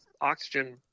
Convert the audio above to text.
oxygen